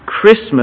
Christmas